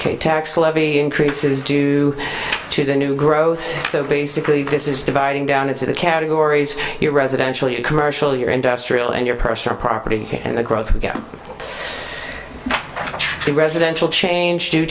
ok tax levy increases due to the new growth so basically this is dividing down into the categories you're residential commercial you're industrial and your personal property and the growth of the residential change due